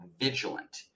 vigilant